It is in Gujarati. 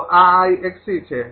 તો આ છે